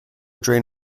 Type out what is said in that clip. drain